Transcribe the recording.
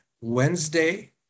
Wednesday